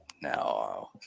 No